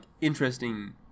interesting